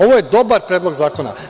Ovo je dobar predlog zakona.